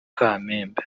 kamembe